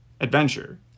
adventure